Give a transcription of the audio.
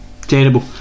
terrible